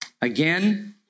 Again